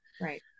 right